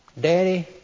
Daddy